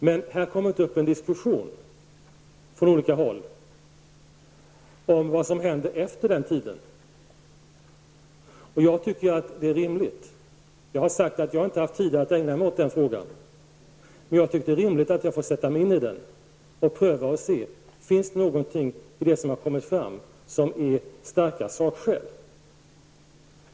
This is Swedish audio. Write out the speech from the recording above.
Men det har på olika håll uppkommit en diskussion om vad som kommer att hända efter den tiden. Jag har inte haft tid att ägna mig åt den här frågan. Men jag anser att det är rimligt att jag får sätta mig in i den och pröva och se om det finns någonting i det som har kommit fram som utgör starka sakskäl.